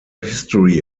history